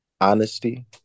honesty